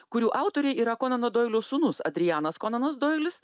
kurių autoriai yra konano doilio sūnus adrianas konanas doilis